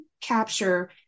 capture